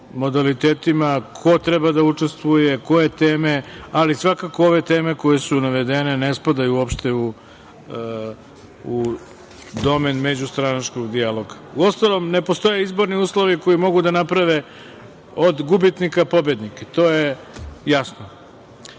modalitetima ko treba da učestvuje, koje teme, ali svakako ove teme koje su navedene ne spadaju uopšte u domen međustranačkog dijaloga. Uostalom, ne postoje izborni uslovi koji mogu da naprave od gubitnika pobednike i to je jasno. Idemo